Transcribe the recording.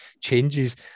changes